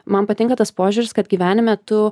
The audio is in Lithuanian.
man patinka tas požiūris kad gyvenime tu